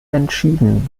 entschieden